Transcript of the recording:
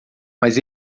mas